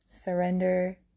Surrender